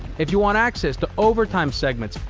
if you want access to overtime segments,